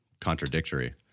contradictory